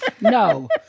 No